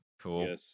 Cool